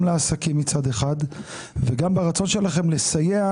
גם לעסקים מצד אחד וגם ברצון שלכם לסייע